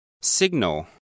Signal